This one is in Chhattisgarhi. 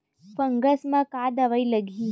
फंगस म का दवाई लगी?